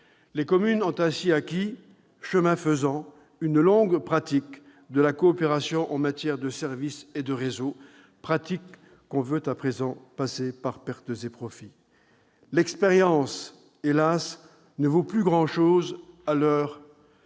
Les communes ont ainsi acquis, chemin faisant, une longue pratique de la coopération en matière de services et de réseaux, pratique qu'on veut à présent passer par pertes et profits. L'expérience, hélas, ne vaut plus grand-chose à l'heure